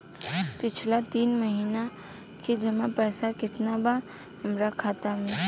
पिछला तीन महीना के जमा पैसा केतना बा हमरा खाता मे?